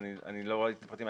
לא ראיתי את הפרטים.